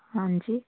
ਹਾਂਜੀ